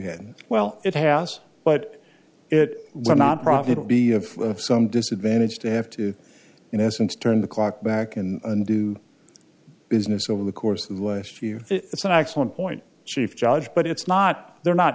hen well it has but it will not profit will be of some disadvantage to have to in essence turn the clock back and do business over the course of the list you it's an excellent point chief judge but it's not they're not